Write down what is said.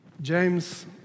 James